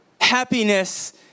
Happiness